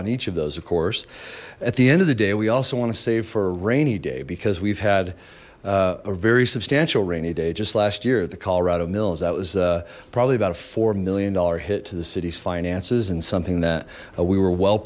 on each of those of course at the end of the day we also want to save for a rainy day because we've had a very substantial rainy day just last year at the colorado mills that was probably about a four million dollar hit to the city's finances and something that we were well